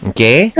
Okay